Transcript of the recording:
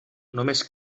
només